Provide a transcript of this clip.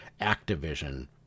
Activision